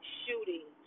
shooting